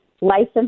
license